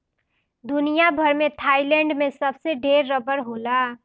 दुनिया भर में थाईलैंड में सबसे ढेर रबड़ होला